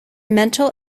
mental